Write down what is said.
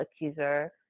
accuser